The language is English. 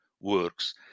works